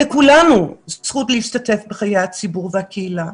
לכולנו זכות להשתתף בחיי הציבור והקהילה,